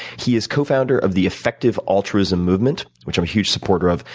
he is co founder of the effective altruism movement, which i'm a huge supporter of,